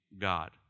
God